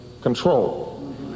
control